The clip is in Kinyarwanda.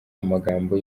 amagambo